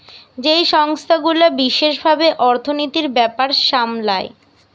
যেই সংস্থা গুলা বিশেষ ভাবে অর্থনীতির ব্যাপার সামলায়